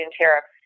tariffs